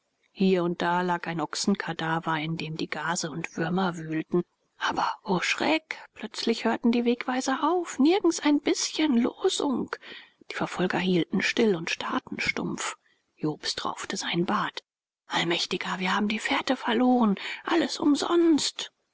hier und da lag ein ochsenkadaver in dem die gase und würmer wühlten aber o schreck plötzlich hörten die wegweiser auf nirgends ein bißchen losung die verfolger hielten still und starrten stumpf jobst raufte seinen bart allmächtiger wir haben die fährte verloren alles umsonst